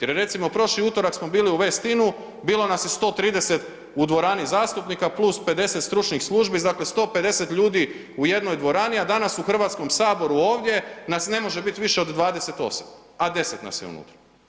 Jer je recimo, prošli utorak smo bili u Westin-u, bilo nas je 130 u dvorani zastupnika plus 50 stručnih službi, dakle 150 ljudi u jednoj dvorani, a danas u Hrvatskom saboru ovdje nas ne može bit više od 28, a 10 nas je unutra.